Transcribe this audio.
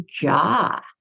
jaw